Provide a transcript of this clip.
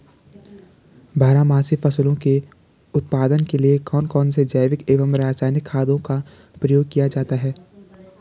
बारहमासी फसलों के उत्पादन के लिए कौन कौन से जैविक एवं रासायनिक खादों का प्रयोग किया जाता है?